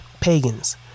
pagans